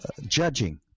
judging